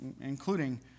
including